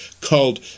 called